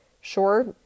Sure